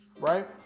right